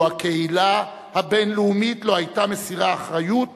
הקהילה הבין-לאומית לא היתה מסירה אחריות